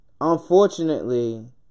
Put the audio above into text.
Unfortunately